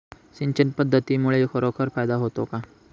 सिंचन पद्धतीमुळे खरोखर फायदा होतो का?